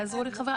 יעזרו לי חבריי.